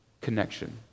connection